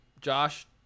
josh